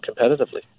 competitively